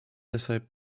deshalb